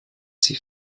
sie